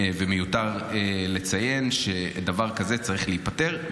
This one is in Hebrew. מיותר לציין שדבר כזה צריך להיפתר,